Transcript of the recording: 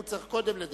הוא צריך קודם לדבר.